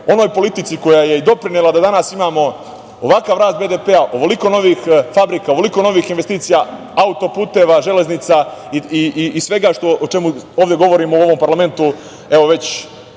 onoj politici koja je doprinela da danas imamo ovakav rast BDP, ovoliko novih fabrika, ovoliko novih investicija, autoputeva, železnica i svega o čemu govorimo u parlamentu, evo,